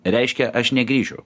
reiškia aš negrįšiu